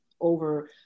over